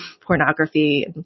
pornography